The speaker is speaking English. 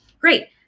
Great